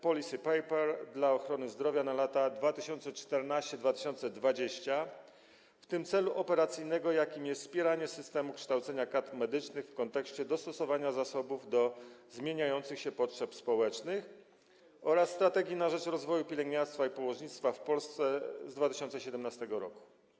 Policy paper dla ochrony zdrowia na lata 2014-2020”, w tym celu operacyjnego, jakim jest wspieranie systemu kształcenia kadr medycznych w kontekście dostosowania zasobów do zmieniających się potrzeb społecznych, oraz Strategii na rzecz rozwoju pielęgniarstwa i położnictwa w Polsce z 2017 r.